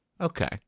Okay